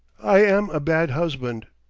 i am a bad husband.